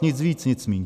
Nic víc, nic míň.